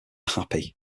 happy